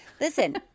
Listen